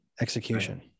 execution